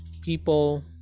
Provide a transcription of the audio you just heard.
people